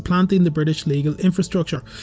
supplanting the british legal infrastructure.